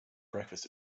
breakfast